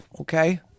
Okay